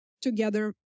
together